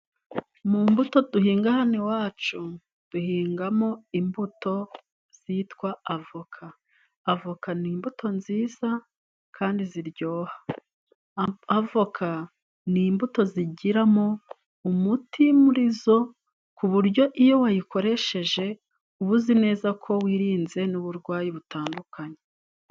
Mu mbuto duhinga hano iwacu duhingamo imbuto zitwa avoka, avoka ni imbuto nziza kandi ziryoha, avoka ni imbuto zigiramo umuti muri zo ku buryo iyo wayikoresheje uba uzi neza ko wirinze n'uburwayi butandukanye.